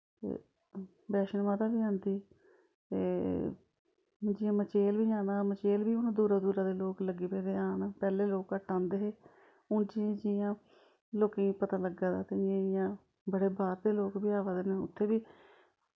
ते बैश्नो माता बी आंदी ते जि'यां मचेल बी जाना मचेल बी दूरा दूरा दे लोग लग्गी पेदे न आन पैह्लैं लोग घट्ट आंदे हे हून जि'यां जि'यां लोकें गी पता लग्गा दा ते इ'यां इ'यां बड़े बाह्र दे लोग बी आवा दे नै उत्थे वी